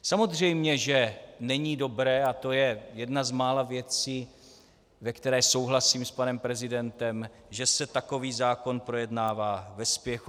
Samozřejmě že není dobré, a to je jedna z mála věcí, ve které souhlasím s panem prezidentem, že se takový zákon projednává ve spěchu.